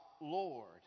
Lord